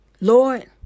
Lord